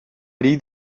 ari